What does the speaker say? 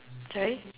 sorry